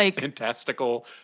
fantastical